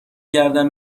گردم